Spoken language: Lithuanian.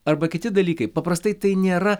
arba kiti dalykai paprastai tai nėra